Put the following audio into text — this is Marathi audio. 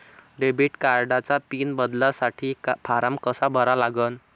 डेबिट कार्डचा पिन बदलासाठी फारम कसा भरा लागन?